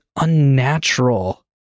unnatural